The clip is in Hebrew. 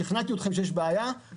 שכנעתם אתכם שיש בעיה,